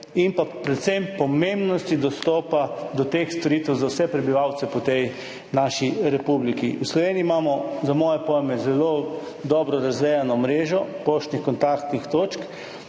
in predvsem pomembnosti dostopa do teh storitev za vse prebivalce po tej naši republiki. V Sloveniji imamo za moje pojme zelo dobro razvejano mrežo poštnih kontaktnih točk,